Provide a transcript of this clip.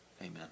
Amen